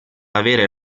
avere